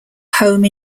home